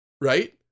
Right